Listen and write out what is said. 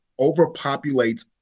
overpopulates